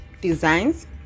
Designs